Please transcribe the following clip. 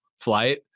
flight